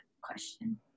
question